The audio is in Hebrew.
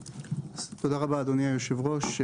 תודה רבה, אדוני יושב הראש.